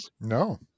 No